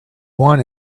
want